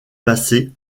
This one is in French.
massé